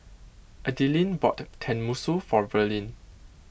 Adilene bought Tenmusu for Verlyn